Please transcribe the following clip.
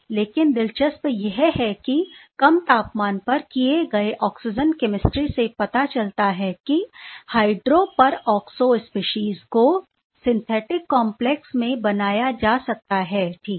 लेकिन दिलचस्प यह है कि कम तापमान पर किए गए ऑक्सीजन केमिस्ट्री से पता चलता है की हाइड्रो पर ऑक्सो स्पीशीज को सिंथेटिक कॉन्प्लेक्स में बनाया जा सकता है ठीक है